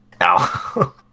Ow